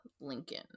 Lincoln